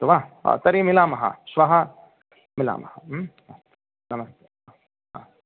अस्तु वा हा तर्हि मिलामः श्वः मिलामः नमस्ते हा हा